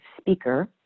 speaker